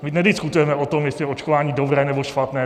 My nediskutujeme o tom, jestli je očkování dobré, nebo špatné.